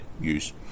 use